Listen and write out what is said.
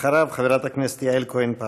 אחריו, חברת הכנסת יעל כהן-פארן.